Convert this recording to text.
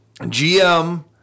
GM